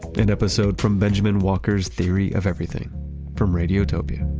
an episode from benjamen walker's theory of everything from radiotopia